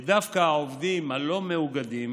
ודווקא העובדים הלא-מאוגדים